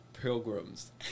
pilgrims